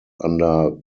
under